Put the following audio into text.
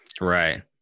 Right